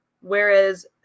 whereas